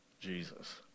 Jesus